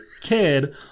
kid